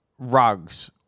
Rugs